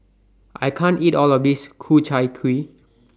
I can't eat All of This Ku Chai Kuih